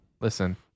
Listen